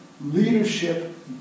leadership